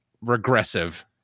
regressive